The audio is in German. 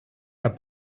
der